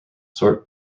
sort